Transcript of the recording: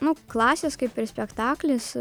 nu klasės kaip ir spektaklis